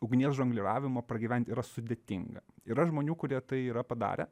ugnies žongliravimo pragyvent yra sudėtinga yra žmonių kurie tai yra padarę